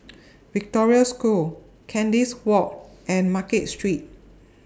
Victoria School Kandis Walk and Market Street